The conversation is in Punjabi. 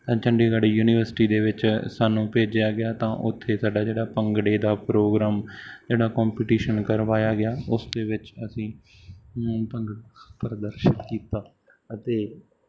ਅ ਚੰਡੀਗੜ੍ਹ ਯੂਨੀਵਰਸਿਟੀ ਦੇ ਵਿੱਚ ਸਾਨੂੰ ਭੇਜਿਆ ਗਿਆ ਤਾਂ ਉੱਥੇ ਸਾਡਾ ਜਿਹੜਾ ਭੰਗੜੇ ਦਾ ਪ੍ਰੋਗਰਾਮ ਜਿਹੜਾ ਕੋਂਪਟੀਸ਼ਨ ਕਰਵਾਇਆ ਗਿਆ ਉਸ ਦੇ ਵਿੱਚ ਅਸੀਂ ਭੰਗ ਪ੍ਰਦਰਸ਼ਿਤ ਕੀਤਾ ਅਤੇ